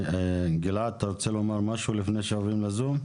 גלעד אתה רוצה לומר משהו לפני שעוברים לזום?